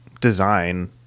design